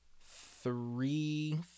three